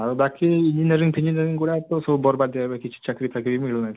ଆଉ ବାକି ଇଂଜିନିୟରିଂ ଫିଞ୍ଜିନିଅରିଂ ଗୁଡ଼ାକ ସବୁ ବରବାଦିଆ ଏବେ କିଛି ଚାକିରିଫାକିରି ମିଳୁନାଇ ସେଠି